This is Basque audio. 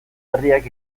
herriak